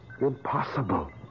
impossible